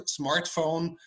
smartphone